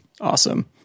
awesome